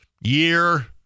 year